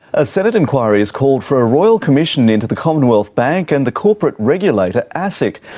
a senate inquiry has called for a royal commission into the commonwealth bank and the corporate regulator asic.